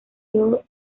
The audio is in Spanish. field